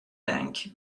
bank